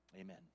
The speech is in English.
amen